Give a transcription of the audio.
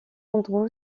andrew